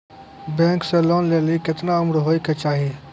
Bank से loan लेली केतना उम्र होय केचाही?